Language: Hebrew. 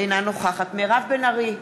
אינה נוכחת מירב בן ארי,